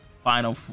final